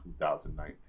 2019